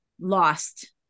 lost